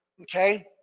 Okay